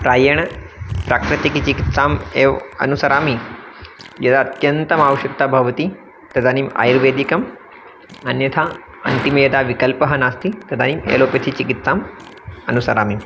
प्रायेण प्राकृतिकि चिकित्साम् एव् अनुसरामि यदा अत्यन्तम् आवश्यक्ता भवति तदानीम् आयुर्वेदिकम् अन्यथा अन्तिमे यदा विकल्पः नास्ति तदानीम् एलोपथिचिकित्साम् अनुसरामि